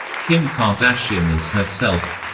kim kardashian as herself